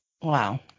Wow